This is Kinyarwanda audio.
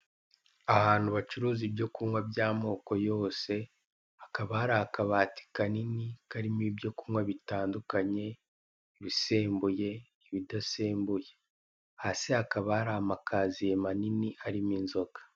Ahantu bacuruza ibyo kunywa by'amoko yose, hakaba hari akabati kanini, karimo ibyo kunywa bitandukanye, ibisembuye, ibidasembuye. Hasi hakaba hari amakaziye manini arimo inzoga.